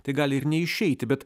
tai gali ir neišeiti bet